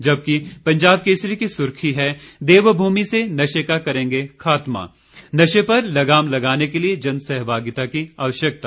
जबकि पंजाब केसरी की सुर्खी है देवभूमि से नशे का करेंगे खात्मा नशे पर लगाम लगाने के लिए जनसहभागिता की आवश्यकता